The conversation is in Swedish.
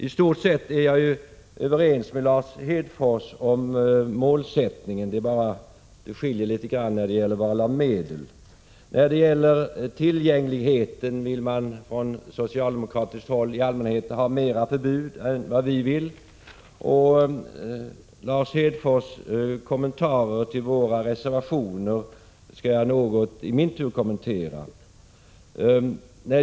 I stort sett är jag överens med Lars Hedfors om målsättningen. Vi skiljer oss något bara i fråga om val av medel. När det t.ex. gäller tillgängligheten vill man från socialdemokratiskt håll i allmänhet ha mera förbud än vad vi vill. Lars Hedfors kommentarer till våra reservationer skall jag i min tur kommentera något.